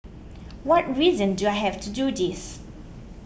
what reason do I have to do this